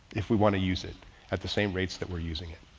if we want to use it at the same rates that we're using it.